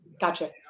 gotcha